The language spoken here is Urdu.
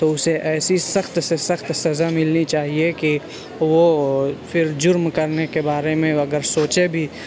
تو اسے ایسی سخت سے سخت سزا ملنی چاہیے کہ وہ پھر جرم کرنے کے بارے میں اگر سوچے بھی